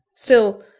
still,